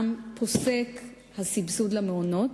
פוסק הסבסוד למעונות,